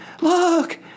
Look